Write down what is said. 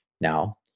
Now